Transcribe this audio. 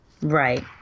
Right